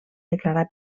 declarar